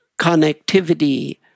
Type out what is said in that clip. connectivity